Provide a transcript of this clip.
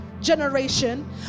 generation